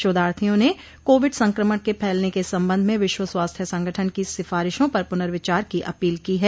शोधार्थियों ने कोविड संक्रमण के फैलने के सम्बंध में विश्वर स्वास्थ्य संगठन की सिफारिशों पर पुनर्विचार की अपील की है